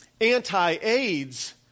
anti-AIDS